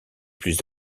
plus